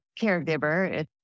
caregiver